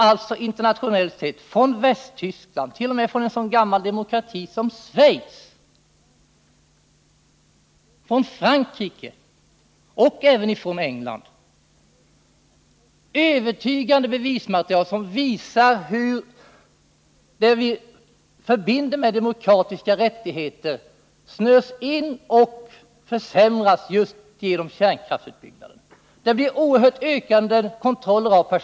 Det finns internationellt sett — från Tyskland, t.o.m. från en så gammal demokrati som Schweiz, från Frankrike och även från England - övertygande material som bevisar hur det som vi förbinder med demokratiska rättigheter snörs in och försämras just genom kärnkraftsutbyggnaden. Kontrollen av personal kommer att öka mycket kraftigt.